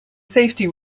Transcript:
safety